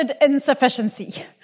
Insufficiency